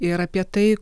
ir apie tai